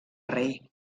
rei